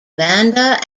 vanda